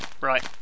Right